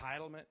entitlement